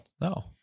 No